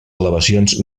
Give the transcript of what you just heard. elevacions